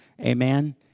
Amen